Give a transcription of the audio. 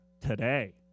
today